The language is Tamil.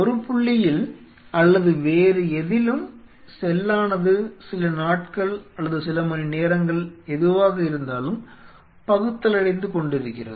ஒரு புள்ளியில் அல்லது வேறு எதிலும் செல்லானது சில நாட்கள் அல்லது சில மணிநேரங்கள் எதுவாக இருந்தாலும் பகுத்தலடைந்துக் கொண்டிருக்கிறது